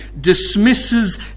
dismisses